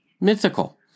mythical